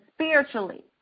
spiritually